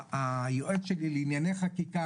היועץ שלי לענייני חקיקה,